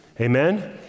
Amen